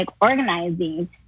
organizing